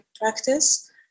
practice